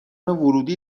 ورودی